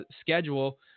schedule